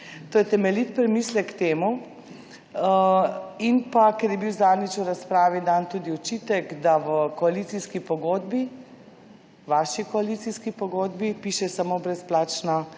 To je temeljit premislek k temu in pa ker je bil zadnjič v razpravi dan tudi očitek, da v koalicijski pogodbi, vaši koalicijski pogodbi, piše samo brezplačna